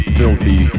filthy